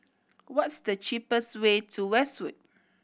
what is the cheapest way to Westwood